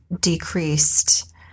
decreased